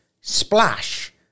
splash